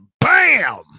bam